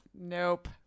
Nope